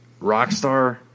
Rockstar